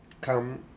Come